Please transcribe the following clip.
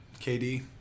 KD